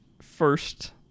first